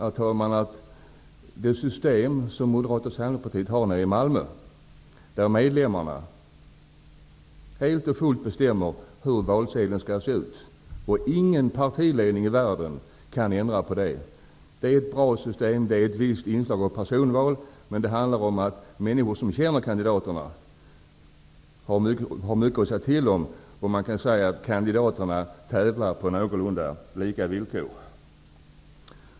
Moderata samlingspartiet nere i Malmö har ett system som innebär att medlemmarna helt och fullt bestämmer hur valsedeln skall se ut, och ingen partiledning i världen kan ändra på det. Det är ett bra system, som har ett visst inslag av personval. Människor som känner kandidaterna har mycket att säga till om, och man kan säga att kandidaterna tävlar på någorlunda lika villkor.